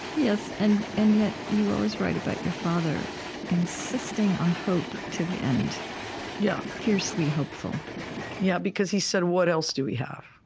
yes. and and yet, you always write about your father insisting on hope to the end yeah fiercely hopeful yeah because, he said, what else do we have?